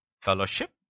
fellowship